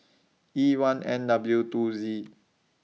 E one N W two Z